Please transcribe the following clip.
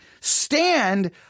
stand